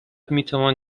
میتوان